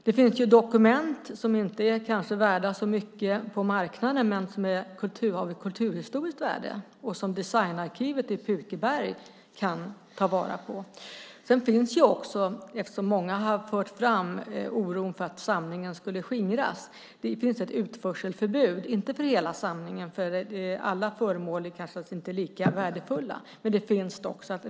Det finns dokument som inte är värda så mycket på marknaden men som har ett kulturhistoriskt värde som Designarkivet i Pukeberg kan ta vara på. Många har fört fram en oro för att samlingen ska skingras. Det finns ett utförselförbud, dock inte för hela samlingen eftersom alla föremål inte är lika värdefulla.